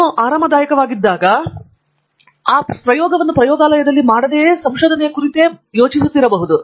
ನೀವು ಇನ್ನೂ ಸಂಶೋಧನಾ ಕಾರ್ಯವನ್ನು ಮಾಡುತ್ತಿರುವಿರಿ ಆ ಸಮಯದಲ್ಲಿ ಪ್ರಯೋಗವನ್ನು ಮಾಡದೆಯೇ ಸಂಜೆ ನೀವು ನಿಮ್ಮ ಸಂಶೋಧನೆಯ ಕುರಿತು ಯೋಚಿಸುತ್ತಿರಬಹುದು